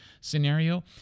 scenario